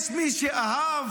יש מי שאהב,